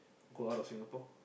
go out of Singapore